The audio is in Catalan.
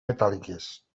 metàl·liques